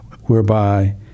whereby